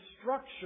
structure